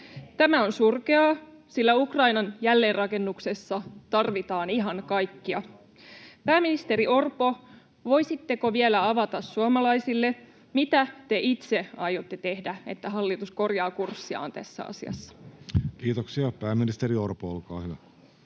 Tämä on surkeaa, sillä Ukrainan jälleenrakennuksessa tarvitaan ihan kaikkia. Pääministeri Orpo, voisitteko vielä avata suomalaisille, mitä te itse aiotte tehdä, niin että hallitus korjaa kurssiaan tässä asiassa? [Speech 20] Speaker: Jussi Halla-aho